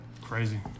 crazy